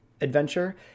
adventure